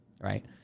right